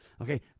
Okay